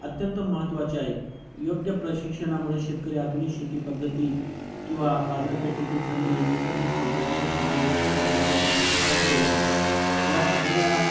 अत्यंत महत्त्वाचे आहे योग्य प्रशिक्षणामुळे शेतकरी आधुनिक शेतीपद्धती किंवा बाजारपेठेतील संधी नैसर्गिक संकटाशी सामना कसा करायचा आहे त्याच्यासाठी सज्ज होणे या सगळ्या